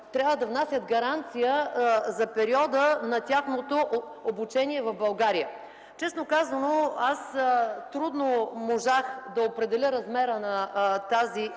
трябва да внасят гаранция за периода на тяхното обучение в България. Честно казано аз трудно можах да определя размера на тази